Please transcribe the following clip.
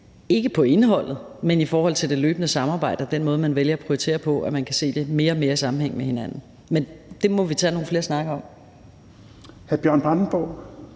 til indholdet, men at man i forhold til det løbende samarbejde og den måde, man vælger at prioritere på, mere og mere kan se det i en sammenhæng med hinanden. Men det må vi tage nogle flere snakke om. Kl. 11:28 Tredje